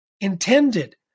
intended